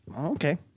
Okay